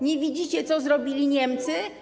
Nie widzicie, co zrobili Niemcy?